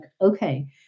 okay